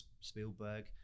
Spielberg